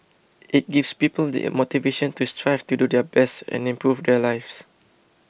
it gives people the motivation to strive to do their best and improve their lives